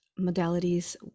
modalities